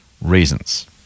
reasons